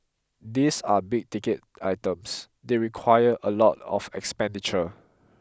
these are big ticket items they require a lot of expenditure